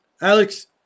Alex